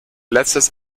letztes